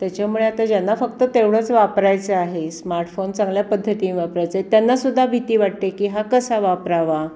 त्याच्यामुळे आता ज्यांना फक्त तेवढंच वापरायचं आहे स्मार्टफोन चांगल्या पद्धतीने वापरायचं आहे त्यांनासुद्धा भीती वाटते की हा कसा वापरावा